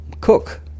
cook